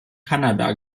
kanada